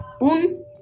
un